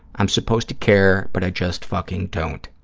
i'm supposed to care, but i just fucking don't.